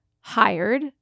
hired